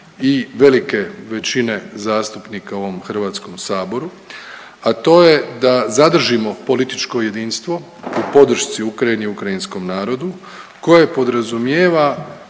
i velike većine zastupnika u ovom HS a to je da zadržimo političko jedinstvo u podršci Ukrajini i ukrajinskom narodu koje podrazumijeva